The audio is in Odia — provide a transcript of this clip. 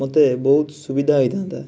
ମୋତେ ବହୁତ୍ ସୁବିଧା ହେଇଥାନ୍ତା